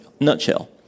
nutshell